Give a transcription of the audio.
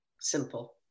simple